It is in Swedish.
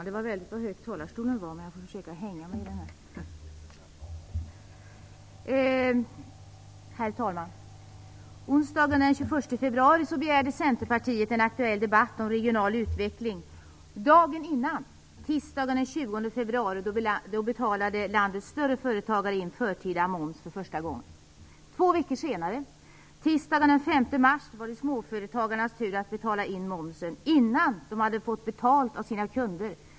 Herr talman! Onsdagen den 21 februari begärde Centerpartiet en aktuell debatt om regional utveckling. Dagen innan, tisdagen den 20 februari, betalade landets större företagare in förtida moms för första gången. Två veckor senare, tisdagen den 5 mars, var det småföretagarnas tur att betala in moms innan de hade fått betalt av sina kunder.